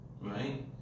Right